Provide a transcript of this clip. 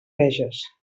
veges